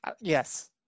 Yes